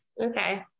Okay